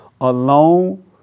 alone